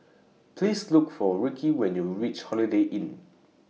Please Look For Rickie when YOU REACH Holiday Inn